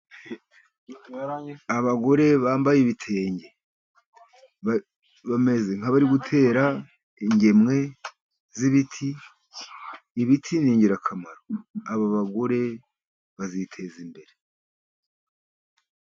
Abagore bambaye ibitenge bameze nk'abari gutera ingemwe z'ibiti. Ibiti ni ingirakamaro aba bagore baziteza imbere.